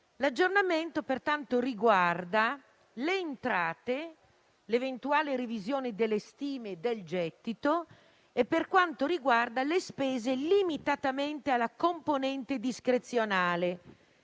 L'aggiornamento, pertanto, riguarda le entrate, l'eventuale revisione delle stime del gettito, le spese - limitatamente alla componente discrezionale